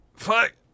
Fuck